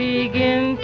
Begin